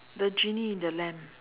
the genie in the lamp